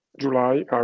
July